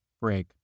break